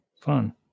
fun